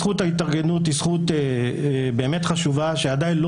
זכות ההתארגנות היא זכות חשובה שעדין לא